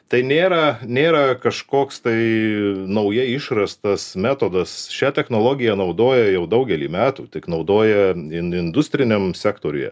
tai nėra nėra kažkoks tai naujai išrastas metodas šią technologiją naudoja jau daugelį metų tik naudoja in industriniam sektoriuje